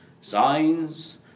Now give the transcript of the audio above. signs